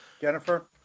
Jennifer